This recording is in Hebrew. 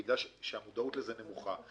בגלל שהמודעות לזה נמוכה,